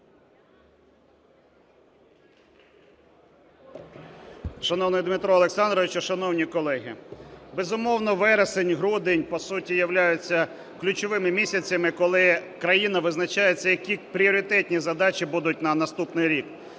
Шановний Дмитре Олександровичу, шановні колеги! Безумовно, вересень і грудень, по суті, являються ключовими місяцями, коли країна визначається, які пріоритетні задачі будуть на наступний рік.